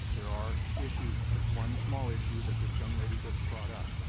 there are issues one small issue that this young lady just brought up.